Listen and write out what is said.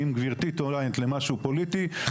ואם גברתי טוענת למשהו פוליטי, כמו שהוא המליץ לך.